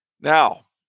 Now